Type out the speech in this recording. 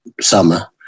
summer